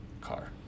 Car